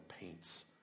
paints